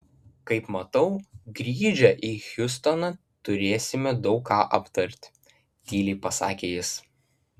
kaip matau grįžę į hjustoną turėsime daug ką aptarti tyliai pasakė jis